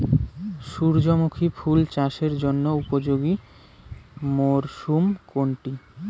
সূর্যমুখী ফুল চাষের জন্য উপযোগী মরসুম কোনটি?